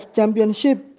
Championship